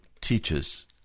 teaches